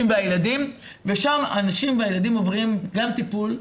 והילדים ושם הנשים והילדים עוברים טיפול,